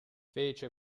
fece